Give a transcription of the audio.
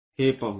तर आपण हे पाहू